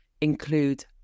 include